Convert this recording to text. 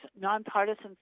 nonpartisan